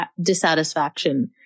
dissatisfaction